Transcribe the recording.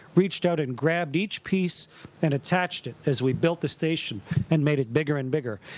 reached out and grabbed each piece and attached it as we built the station and made it bigger and bigger.